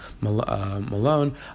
Malone